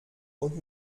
und